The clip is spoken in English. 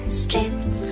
stripped